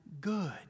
good